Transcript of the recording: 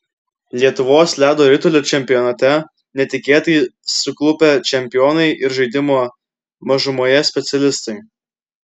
lietuvos ledo ritulio čempionate netikėtai suklupę čempionai ir žaidimo mažumoje specialistai